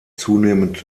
zunehmend